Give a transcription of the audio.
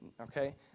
Okay